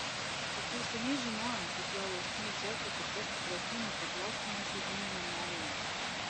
bet jau seniai žinojo kad jo jausmai džekai kur kas stipresni nei pasiglostymas žaidimų namelyje